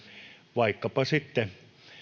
vaikkapa sitten